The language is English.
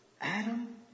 Adam